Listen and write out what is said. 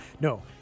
No